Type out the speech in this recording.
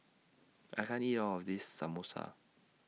I can't eat All of This Samosa